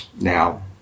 Now